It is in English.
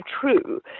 true